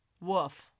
Woof